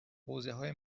حوزههای